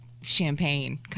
champagne